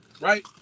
right